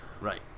right